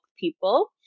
people